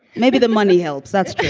maybe the money helps that's